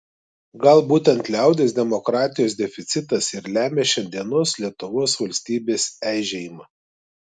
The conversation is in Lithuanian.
gal būtent liaudies demokratijos deficitas ir lemia šiandienos lietuvos valstybės eižėjimą